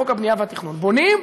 זה חוק הבנייה והתכנון: בונים,